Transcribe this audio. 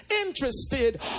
interested